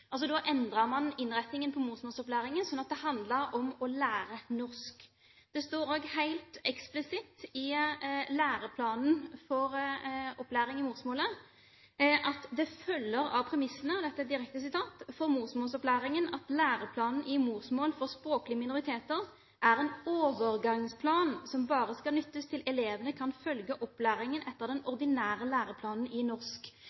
Da endret man innretningen på morsmålsopplæringen, slik at det handlet om å lære norsk. Det står også eksplisitt i læreplanen for opplæring i morsmålet: «Det følger av premissene for morsmålsopplæringen at læreplanen i morsmål for språklige minoriteter er en overgangsplan som bare skal nyttes til elevene kan følge opplæringen etter den ordinære læreplanen i norsk.»